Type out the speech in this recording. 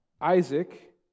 Isaac